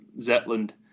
Zetland